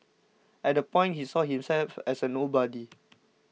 at the point he saw himself as a nobody